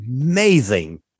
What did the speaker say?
amazing